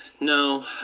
No